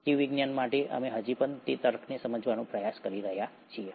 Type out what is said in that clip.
જીવવિજ્ઞાન માટે અમે હજી પણ તે તર્કને સમજવાનો પ્રયાસ કરી રહ્યા છીએ